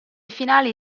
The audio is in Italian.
finali